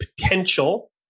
potential